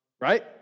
Right